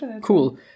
cool